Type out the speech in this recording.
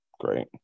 Great